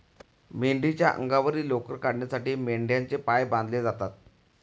मेंढीच्या अंगावरील लोकर काढण्यासाठी मेंढ्यांचे पाय बांधले जातात